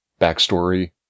backstory